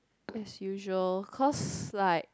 as usual cause like